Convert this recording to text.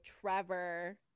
Trevor